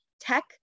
tech